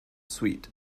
sweet